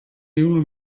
junge